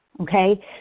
okay